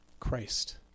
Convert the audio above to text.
Christ